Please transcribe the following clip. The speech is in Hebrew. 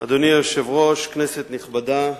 היושב-ראש, כנסת נכבדה,